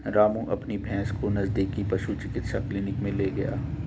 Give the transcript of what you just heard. रामू अपनी भैंस को नजदीकी पशु चिकित्सा क्लिनिक मे ले गया